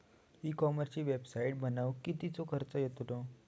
E कॉमर्सची website बनवक किततो खर्च येतलो?